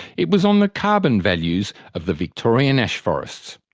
it was on the carbon values of the victorian ash forests.